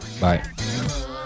Bye